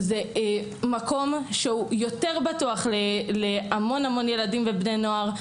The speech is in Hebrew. זה מקום יותר בטוח לילדים ובני נוער.